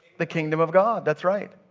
the kingdom of god. that's right.